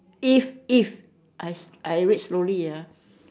if if I I read slowly ah